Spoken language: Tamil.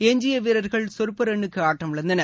எஞ்சிய வீரர்கள் சொற்ப ரன்னுக்கு ஆட்டமிழந்தனர்